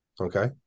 Okay